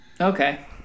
Okay